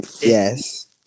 Yes